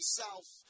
south